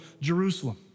Jerusalem